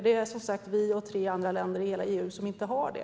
Det är som sagt vi och tre andra länder i hela EU som inte har det.